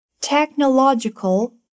Technological